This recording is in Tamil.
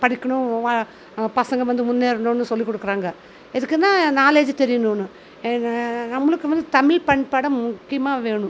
படிக்கிணும் வ நம்ம பசங்க வந்து முன்னேறனுன்னு சொல்லி கொடுக்குறாங்க எதுக்குன்னா நாலேஜு தெரியணுன்னு நம்பளுக்கும் தமிழ் பண்பாடு முக்கியமாக வேணும்